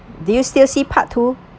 do you still see part two